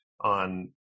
on